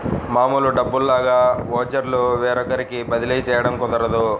మామూలు డబ్బుల్లాగా ఓచర్లు వేరొకరికి బదిలీ చేయడం కుదరదు